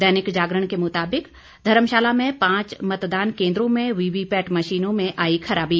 दैनिक जागरण के मुताबिक धर्मशाला में पांच मतदान केन्द्रों में वीवीपैट मशीनों में आई खराबी